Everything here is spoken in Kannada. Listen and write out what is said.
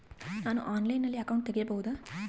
ನಾನು ಆನ್ಲೈನಲ್ಲಿ ಅಕೌಂಟ್ ತೆಗಿಬಹುದಾ?